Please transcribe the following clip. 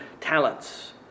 talents